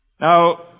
Now